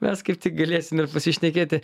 mes kaip tik galėsim ir pasišnekėti